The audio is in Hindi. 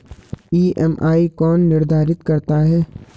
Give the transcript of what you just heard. ई.एम.आई कौन निर्धारित करता है?